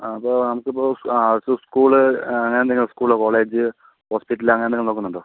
ആ അപ്പോൾ നമുക്കിപ്പോൾ സ്കൂൾ അങ്ങനെയെന്തെങ്കിലും സ്കൂളോ കോളേജ് ഹോസ്പ്പിറ്റൽ അങ്ങനെയെന്തെങ്കിലും നോക്കുന്നുണ്ടോ